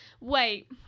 wait